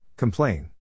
Complain